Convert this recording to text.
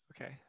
Okay